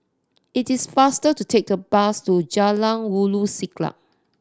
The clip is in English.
it is faster to take the bus to Jalan Ulu Siglap